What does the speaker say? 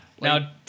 Now